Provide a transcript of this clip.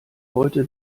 heute